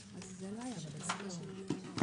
השינויים.